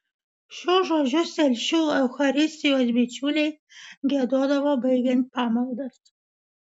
šiuos žodžius telšių eucharistijos bičiuliai giedodavo baigiant pamaldas